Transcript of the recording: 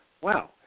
Wow